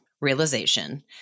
realization